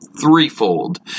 threefold